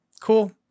cool